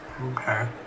Okay